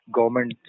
Government